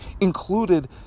included